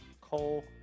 Cole